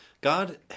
God